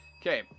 Okay